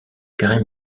carré